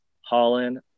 Holland